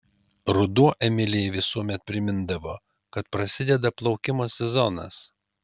ruduo emilijai visuomet primindavo kad prasideda plaukimo sezonas